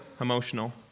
emotional